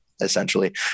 essentially